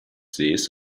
sees